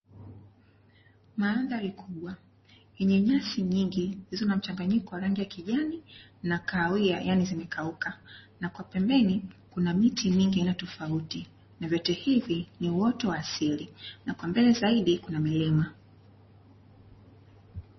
Maandhari kubwa. Yenye nyasi nyingi zenye mchanganyiko wa rangi ya kijani na kahawia (yaani zimekauka). Na kwa pembeni, kuna miti mingi ya aina tofauti. Na vyote hivi ni uoto wa asili. Na kwa mbele zaidi, kuna milima.